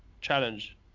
challenge